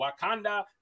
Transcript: Wakanda